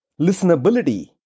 listenability